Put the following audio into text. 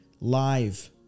live